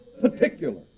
particular